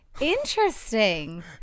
interesting